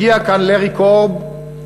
הגיע לכאן לורנס קורב,